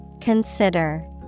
Consider